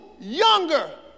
younger